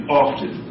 often